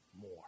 more